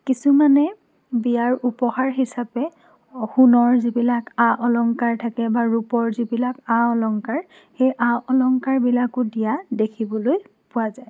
কিছুমানে বিয়াৰ উপহাৰ হিচাপে সোণৰ যিবিলাক আ অলংকাৰ থাকে বা ৰূপৰ যিবিলাক আ অলংকাৰ সেই আ অলংকাৰবিলাকো দিয়া দেখিবলৈ পোৱা যায়